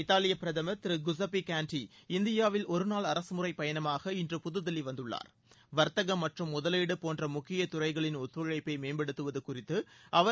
இத்தாலிய பிரதமர் Thiru Giuseppe Conte இந்தியாவில் ஒருநாள் அரசுமுறை பயணமாக இன்று புதுதில்லி வந்துள்ளார் வர்த்தகம் மற்றும் முதலீடு போன்ற முக்கிய துறைகளின் ஒத்துழைப்பை மேம்படுத்துவது குறித்து அவர்